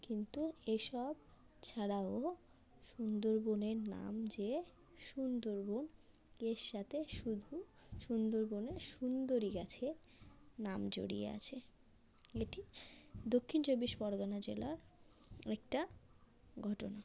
কিন্তু এসব ছাড়াও সুন্দরবনের নাম যে সুন্দরবন এর সাথে শুধু সুন্দরবনে সুন্দরী গাছের নাম জড়িয়ে আছে এটি দক্ষিণ চব্বিশ পরগনা জেলার একটা ঘটনা